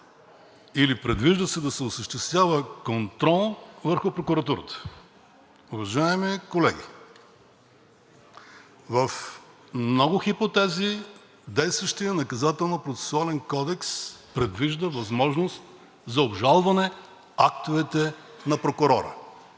се предвижда да се осъществява контрол върху прокуратурата. Уважаеми колеги, в много хипотези действащият Наказателно-процесуален кодекс предвижда възможност за обжалване актовете на прокурора,